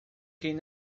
quem